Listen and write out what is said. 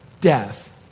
death